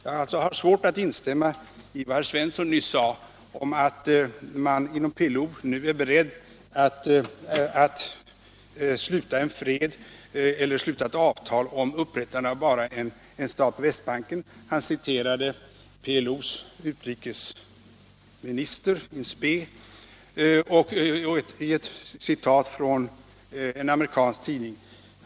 Jag har alltså svårt att instämma i vad herr Svensson i Kungälv nyss sade, att man inom PLO är beredd att nu sluta ett avtal om upprättande av en stat bara på västbanken. Herr Svensson citerade PLO:s ”utrikesminister”, och han hämtade citatet från en amerikansk tidning.